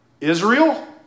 Israel